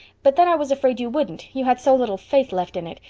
but then i was afraid you wouldn't you had so little faith left in it.